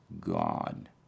God